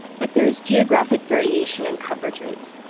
but there's geographic variation in coverage rates.